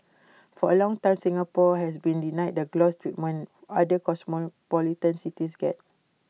for A long time Singapore has been denied the gloss treatment other cosmopolitan cities get